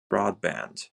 broadband